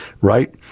right